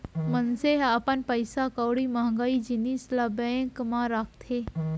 मनसे ह अपन पइसा कउड़ी महँगी जिनिस ल बेंक म राखथे